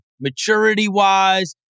Maturity-wise